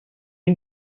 you